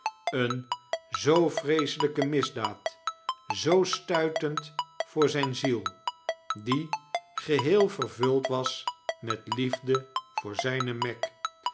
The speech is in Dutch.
eene zoo vreeselijke misdaad zoo stuitend voor zijne ziel die geheel vervuld was met liefde voor zijne meg